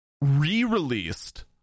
re-released